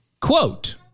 Quote